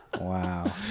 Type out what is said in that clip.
Wow